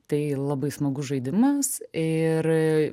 tai labai smagus žaidimas ir